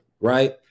right